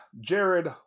Jared